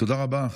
תודה רבה.